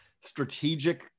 strategic